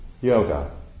yoga